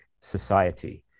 society